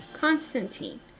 Constantine